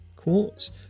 Quartz